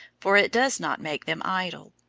for it does not make them idle.